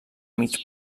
mig